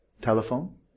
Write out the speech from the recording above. telephone